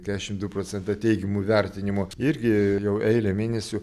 kešim du procentai teigiamų vertinimų irgi jau eilę mėnesių